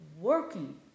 working